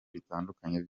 bitandukanye